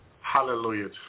Hallelujah